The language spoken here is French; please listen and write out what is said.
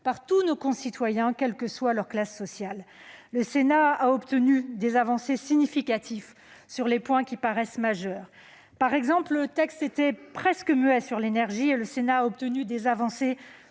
par tous nos concitoyens, quelle que soit leur classe sociale. Le Sénat a obtenu des avancées significatives sur des points majeurs. Ainsi, alors que le texte était presque muet sur l'énergie, le Sénat a obtenu des avancées